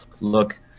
look